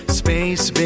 space